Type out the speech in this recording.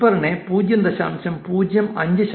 വിസ്പറിന്റെ 0